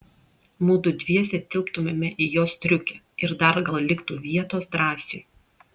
mudu dviese tilptumėme į jos striukę ir dar gal liktų vietos drąsiui